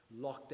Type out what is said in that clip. lockdown